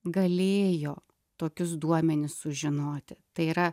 galėjo tokius duomenis sužinoti tai yra